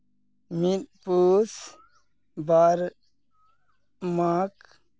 ᱢᱤᱫ ᱯᱩᱥ ᱵᱟᱨ ᱢᱟᱜᱽ